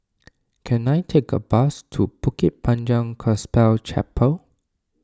can I take a bus to Bukit Panjang Gospel Chapel